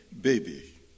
baby